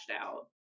out